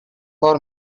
for